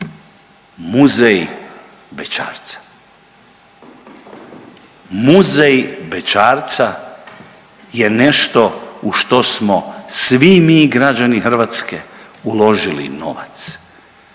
muzej bećarca. Muzej bećarca je nešto u što smo svi mi građani Hrvatske uložili novac.